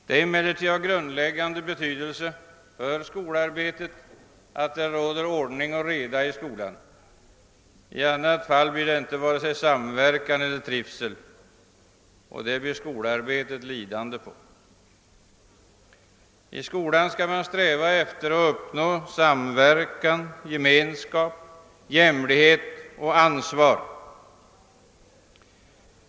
Det är emellertid av grundläggande betydelse för skolarbetet att det råder ordning och reda i skolan. I annat fall blir det inte vare sig samverkan eller trivsel, och det blir skolarbetet lidande på. I skolan skall man sträva efter att uppnå samverkan, gemenskap, jämlikhet och ansvar.